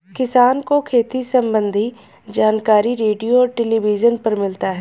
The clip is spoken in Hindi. किसान को खेती सम्बन्धी जानकारी रेडियो और टेलीविज़न पर मिलता है